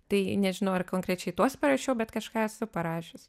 tai nežinau ar konkrečiai tuos parašiau bet kažką esu parašius